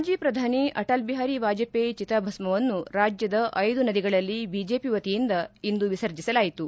ಮಾಜಿ ಪ್ರಧಾನಿ ಅಟಲ್ ಬಿಹಾರಿ ವಾಜಪೇಯಿ ಚಿತಾಭಸ್ಮವನ್ನು ರಾಜ್ಯದ ಐದು ನದಿಗಳಲ್ಲಿ ಬಿಜೆಪಿ ವತಿಯಿಂದ ಇಂದು ವಿಸರ್ಜೆಸಲಾಯಿತು